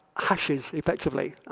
hashes effectively,